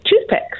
toothpicks